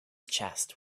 chest